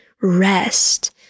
rest